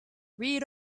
read